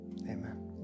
Amen